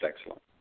excellent